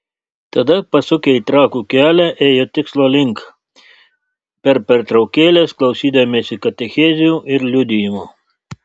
tada pasukę į trakų kelią ėjo tikslo link per pertraukėles klausydamiesi katechezių ir liudijimų